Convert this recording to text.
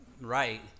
right